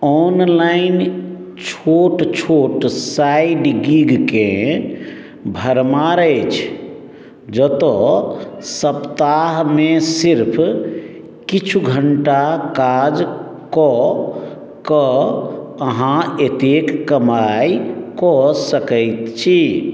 online छोट छोट side गिगके भरमार अछि जतय सप्ताह मे सिर्फ किछु घंटा काज कऽ कए अहाँ एतेक कमाई कऽ सकै छी